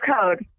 code